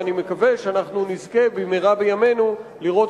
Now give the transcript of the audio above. ואני מקווה שאנחנו נזכה במהרה בימינו לראות